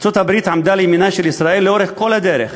ארצות-הברית עמדה לימינה של ישראל לאורך כל הדרך,